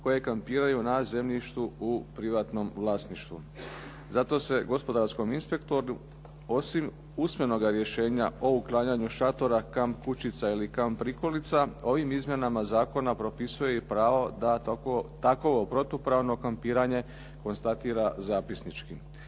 koje kampiraju na zemljištu u privatnom vlasništvu. Zato se gospodarskom inspektoru osim usmenoga rješenja o uklanjanju šatora, kamp kućica ili kamp prikolica ovim izmjenama zakona propisuje i pravo da takvo protupravno kampiranje konstatira zapisnički.